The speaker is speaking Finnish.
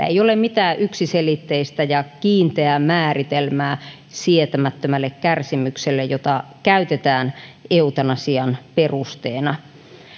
ei ole mitään yksiselitteistä ja kiinteää määritelmää sietämättömälle kärsimykselle jota käytetään eutanasian perusteena